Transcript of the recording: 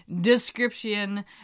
description